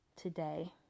today